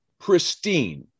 pristine